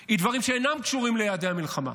בו זה דברים שאינם קשורים ליעדי המלחמה,